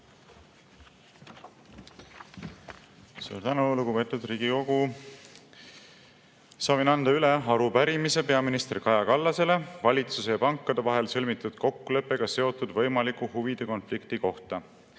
Soovin anda üle arupärimise peaminister Kaja Kallasele valitsuse ja pankade vahel sõlmitud kokkuleppega seotud võimaliku huvide konflikti kohta.